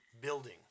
building